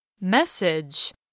Message